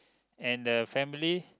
and the family